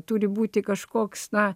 turi būti kažkoks na